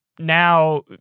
now